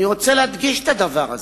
אני רוצה להדגיש את הדבר הזה.